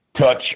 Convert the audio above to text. touch